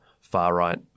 far-right